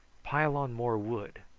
pile on more wood.